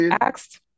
asked